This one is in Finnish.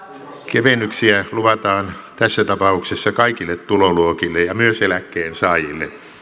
kevennyksiä luvataan tässä tapauksessa kaikille tuloluokille ja myös eläkkeensaajille